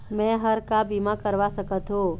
मैं हर का बीमा करवा सकत हो?